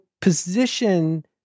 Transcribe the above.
position